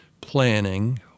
planning